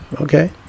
okay